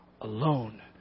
alone